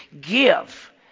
Give